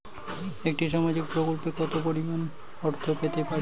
একটি সামাজিক প্রকল্পে কতো পরিমাণ অর্থ পেতে পারি?